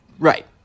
Right